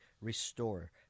restore